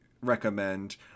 recommend